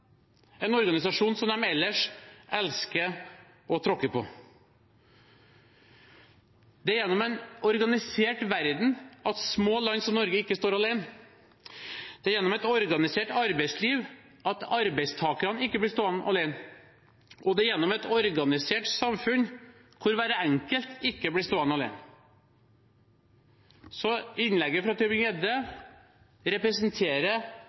en organisasjon som de ellers elsker å tråkke på. Det er gjennom en organisert verden at små land som Norge ikke står alene, det er gjennom et organisert arbeidsliv at arbeidstakerne ikke blir stående alene, og det er gjennom et organisert samfunn at hver enkelt ikke blir stående alene. Så innlegget fra Tybring-Gjedde representerer